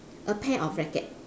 a pair of racket